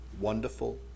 Wonderful